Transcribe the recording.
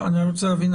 רוצה להבין,